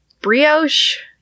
brioche